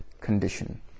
condition